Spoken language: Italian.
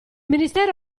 ministero